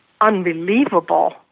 unbelievable